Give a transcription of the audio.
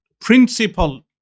principle